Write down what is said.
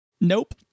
Nope